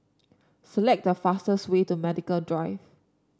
select the fastest way to Medical Drive